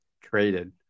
Traded